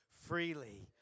freely